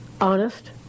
honest